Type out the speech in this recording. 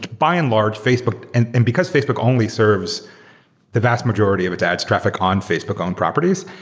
by and large, facebook and and because facebook only service the vast majority of attached traffic on facebook owned properties,